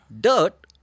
Dirt